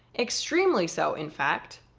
extremely so, in fact.